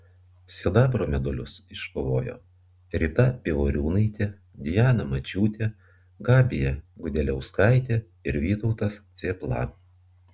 sidabro medalius iškovojo rita pivoriūnaitė diana mačiūtė gabija gudeliauskaitė ir vytautas cėpla